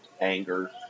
anger